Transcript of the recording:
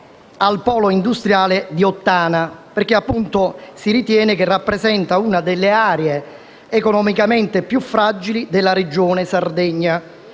Grazie!